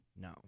No